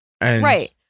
Right